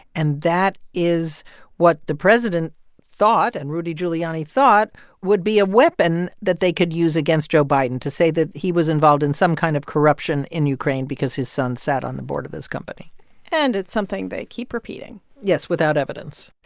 and that is what the president thought and rudy giuliani thought would be a weapon that they could use against joe biden to say that he was involved in some kind of corruption in ukraine because his son sat on the board of this company and it's something they keep repeating yes, without evidence.